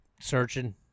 searching